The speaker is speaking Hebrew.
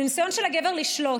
זה ניסיון של הגבר לשלוט,